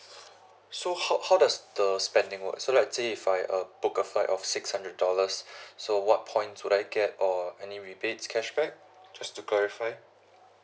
so how how does the spending work so let's say if I uh book a flight of six hundred dollars so what point would I get or any rebates cashback just to clarifys